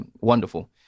wonderful